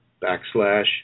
backslash